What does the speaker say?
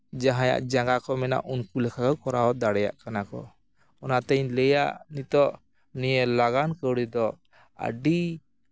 ᱡᱟᱦᱟᱸᱭᱟᱜ ᱡᱟᱝᱜᱟ ᱠᱚ ᱢᱮᱱᱟᱜ ᱩᱱᱠᱩ ᱞᱮᱠᱟ ᱠᱚ ᱠᱚᱨᱟᱣ ᱫᱟᱲᱮᱭᱟᱜ ᱠᱟᱱᱟ ᱠᱚ ᱚᱱᱟᱛᱤᱧ ᱞᱟᱹᱭᱟ ᱱᱤᱛᱚᱜ ᱱᱤᱭᱟᱹ ᱞᱟᱜᱟᱱ ᱠᱟᱹᱨᱤ ᱫᱚ ᱟᱹᱰᱤ